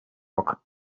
bock